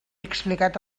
explicat